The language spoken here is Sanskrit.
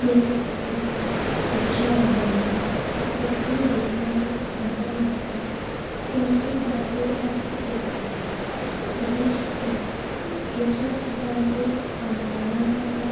एतद् द्वयोः दर्शनयोः मध्ये अत्यधिका विभिन्नता अन्तरमस्ति किन्तु मतभेदः अस्ति चेदपि सर्वनिष्ठता अस्ति केचन सिद्धान्ते प्रामाणिकता